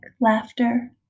laughter